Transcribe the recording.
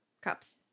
cups